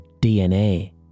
DNA